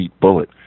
bullet